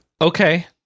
okay